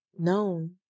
Known